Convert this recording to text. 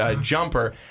jumper